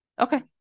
okay